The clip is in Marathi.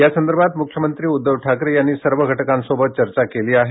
या संदर्भात मुख्यमंत्री उद्धव ठाकरे यांनी सर्व घटकांशी चर्चा केली आहे